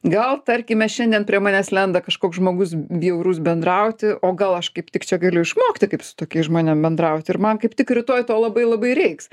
gal tarkime šiandien prie manęs lenda kažkoks žmogus bjaurus bendrauti o gal aš kaip tik čia galiu išmokti kaip su tokiais žmonėm bendrauti ir man kaip tik rytoj to labai labai reiks